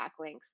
backlinks